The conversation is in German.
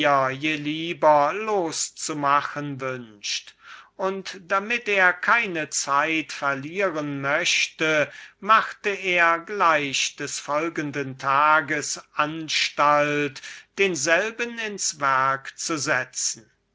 lieber loszumachen wünscht und damit er keine zeit verlieren möchte so machte er gleich des folgenden tages den anfang denselben ins werk zu setzen